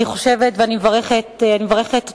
אני מברכת אותך,